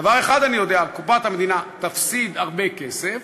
דבר אחד אני יודע, קופת המדינה תפסיד הרבה כסף